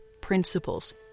principles